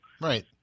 Right